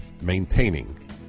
maintaining